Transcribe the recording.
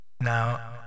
now